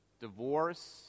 divorce